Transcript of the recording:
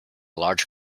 large